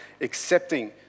accepting